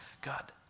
God